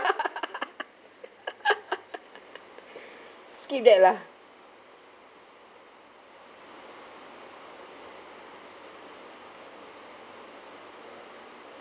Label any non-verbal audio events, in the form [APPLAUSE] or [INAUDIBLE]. [LAUGHS] [BREATH] skip that lah